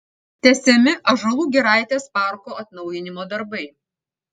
tęsiami ąžuolų giraitės parko atnaujinimo darbai